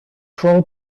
troll